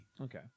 Okay